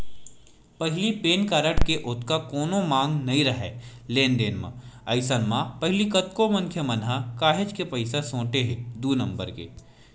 पहिली PAN card के ओतका कोनो मांग नइ राहय लेन देन म, अइसन म पहिली कतको मनखे मन ह काहेच के पइसा सोटे हे दू नंबर के